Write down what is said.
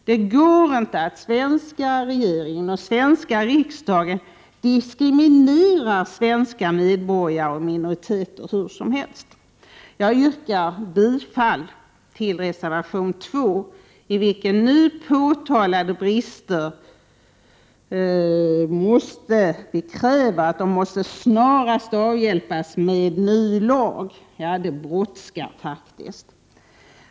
Det går inte att svenska regeringen och riksdagen diskriminerar svenska medborgare och minoriteter hur som helst. Jag yrkar bifall till reservation 2, i vilken vi kräver att nu påtalade brister snarast avhjälps med ny lag. Det brådskar!